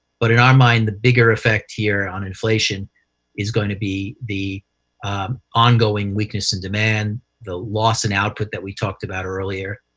but in our mind, the bigger effect here on inflation is going to be the ongoing weakness in demand, the loss in output that we talked about earlier.